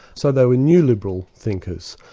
so they were new liberal thinkers.